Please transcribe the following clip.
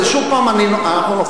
שוב אנחנו נופלים.